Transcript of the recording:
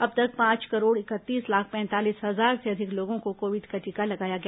अब तक पांच करोड़ इकतीस लाख पैंतालीस हजार से अधिक लोगों को कोविड का टीका लगाया गया